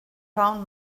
found